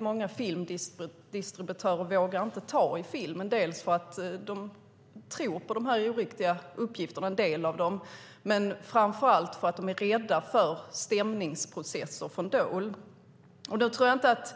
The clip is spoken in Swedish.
Många filmdistributörer vågar inte ta i filmen, bland annat för att en del av dem tror på dessa oriktiga uppgifter men framför allt för att de är rädda för stämningsprocesser från Dole. Jag tror inte att